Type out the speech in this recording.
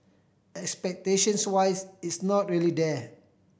expectations wise it's not really there